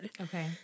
Okay